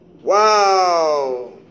Wow